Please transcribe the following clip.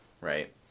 Right